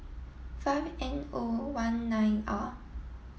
five N O one nine R